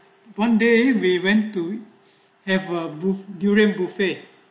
one day we went to have a booth durian buffet